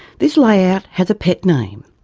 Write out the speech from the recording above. this layout has a pet name.